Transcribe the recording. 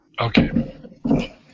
Okay